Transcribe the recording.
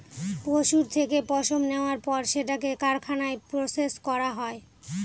পশুর থেকে পশম নেওয়ার পর সেটাকে কারখানায় প্রসেস করা হয়